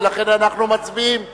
ולכן אנחנו מצביעים בעד,